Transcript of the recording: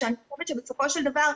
שאני חושבת שבסופו של דבר,